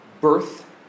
Birth